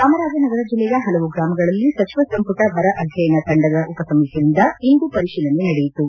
ಚಾಮರಾಜನಗರ ಜಿಲ್ಲೆಯ ಹಲವು ಗ್ರಾಮಗಳಲ್ಲಿ ಸಚಿವ ಸಂಪುಟ ಬರ ಅಧ್ಯಯನ ತಂಡದ ಉಪಸಮಿತಿಯಿಂದ ಇಂದು ಪರಿಶೀಲನೆ ನಡೆಯಿತು